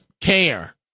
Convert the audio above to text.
care